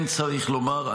כן צריך לומר,